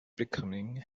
becoming